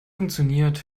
funktioniert